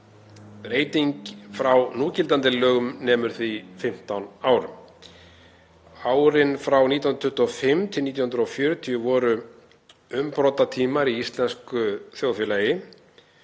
Breyting frá núgildandi lögum nemur því 15 árum. Árin 1925–1940 voru umbrotatímar í íslensku þjóðfélagi